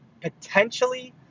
potentially